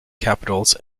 capitals